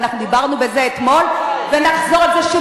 ואנחנו דיברנו בזה אתמול ונחזור על זה שוב,